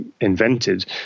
invented